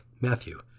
Matthew